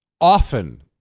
often